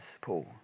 Paul